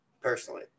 personally